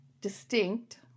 distinct